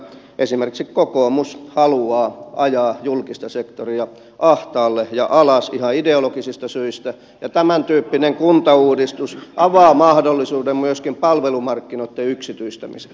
esimerkiksi kokoomus haluaa ajaa julkista sektoria ahtaalle ja alas ihan ideologisista syistä ja tämäntyyppinen kuntauudistus avaa mahdollisuuden myöskin palvelumarkkinoitten yksityistämiselle